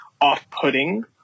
off-putting